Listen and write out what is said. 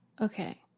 okay